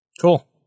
Cool